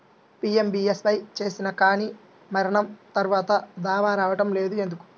PMBSY చేసినా కానీ మరణం తర్వాత దావా రావటం లేదు ఎందుకు?